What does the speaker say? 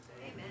Amen